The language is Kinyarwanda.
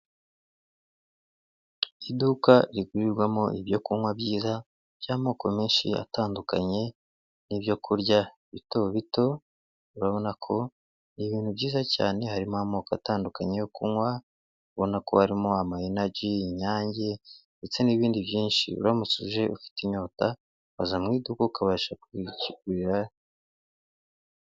Iduka rigurirwamo ibyo kunywa byiza by'amoko menshi atandukanye n'ibyo kurya bito bito, urabona ko ni ibintu byiza cyane harimo amoko atandukanye yo kunywa, ubona ko harimo ama enaji, inyange ndetse n'ibindi byinshi. Uramutse uje ufite inyota, waza mu iduka ukabasha kubihagurira.